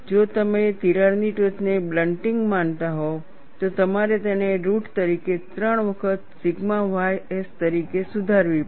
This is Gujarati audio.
જો તમે તિરાડની ટોચને બ્લન્ટિંગ માનતા હોવ તો તમારે તેને રુટ તરીકે 3 વખત સિગ્મા ys તરીકે સુધારવી પડશે